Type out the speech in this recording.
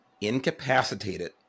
incapacitated